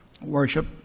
worship